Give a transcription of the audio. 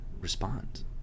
respond